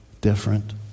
different